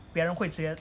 别人会觉得